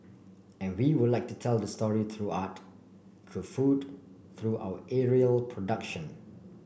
and we would like to tell the story through art through food through our aerial production